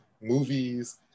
movies